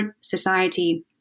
society